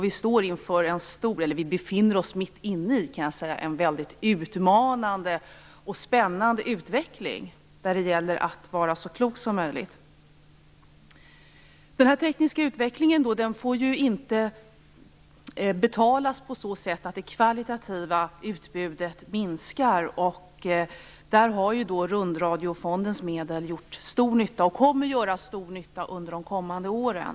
Vi står inför - eller befinner oss mitt inne i - en väldigt utmanande och spännande utveckling där det gäller att vara så klok som möjligt. Den tekniska utvecklingen får ju inte betalas på så sätt att det kvalitativa utbudet minskar. Där har Rundradiofondens medel gjort stor nytta, och de kommer att göra stor nytta också under de kommande åren.